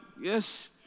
Yes